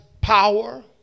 power